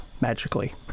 magically